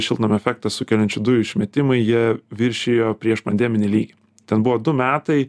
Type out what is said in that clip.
šiltnamio efektą sukeliančių dujų išmetimai jie viršijo priešpandeminį lygį ten buvo du metai